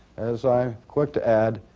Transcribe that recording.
as i'm quick to add,